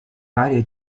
varie